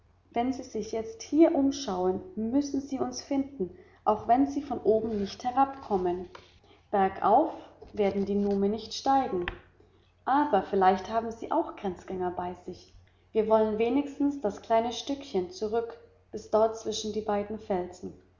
wenn sie sich jetzt hier umschauen müssen sie uns finden auch wenn die von oben nicht herabkommen bergauf werden die nume nicht steigen aber vielleicht haben sie auch grenzjäger bei sich wir wollen wenigstens das kleine stückchen zurück bis dort zwischen die beiden felsen